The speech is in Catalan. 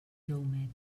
jaumet